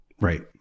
Right